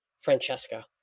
Francesca